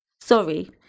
Sorry